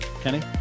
Kenny